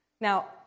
Now